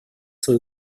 свои